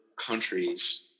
countries